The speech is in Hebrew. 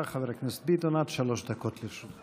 בבקשה, חבר הכנסת ביטון, עד שלוש דקות לרשותך.